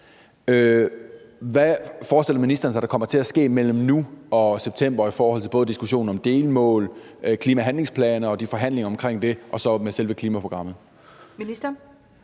Hvad forestiller ministeren sig kommer til at ske mellem nu og september i forhold til både diskussionen om delmål, klimahandlingsplan og forhandlingerne omkring det og i forhold til selve klimaprogrammet? Kl.